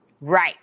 right